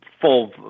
full